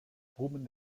brummen